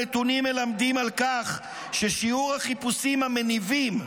הנתונים מלמדים על כך ששיעור החיפושים המניבים,